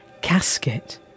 Casket